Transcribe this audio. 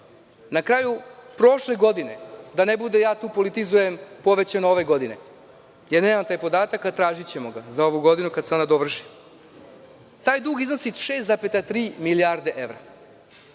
na kraju prošle godine je, da ne bude da ja tu politizujem, povećan ove godine, ja nemam taj podatak, ali tražićemo ga za ovu godinu kada se ona dovrši, 6,3 milijarde evra.